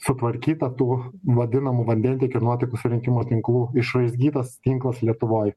sutvarkyta tų vadinamų vandentiekio nuotekų surinkimo tinklų išraizgytas tinklas lietuvoj